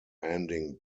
ending